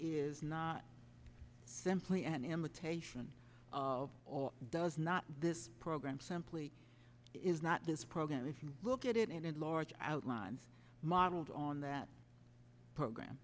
is not simply an imitation of or does not this program simply is not this program if you look at it and in large outlines modeled on that program